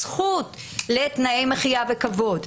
הזכות לתנאי מחיה בכבוד,